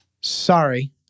sorry